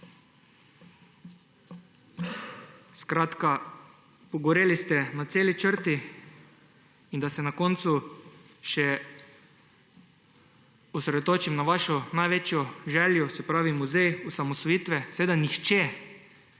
Skratka, pogoreli ste na celi črti. In naj se na koncu še osredotočim na vašo največjo željo, se pravi muzej osamosvojitve. Seveda nihče